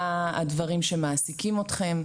מה הדברים שמעסיקים אתכם,